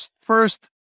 first